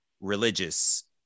religious